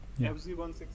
FZ16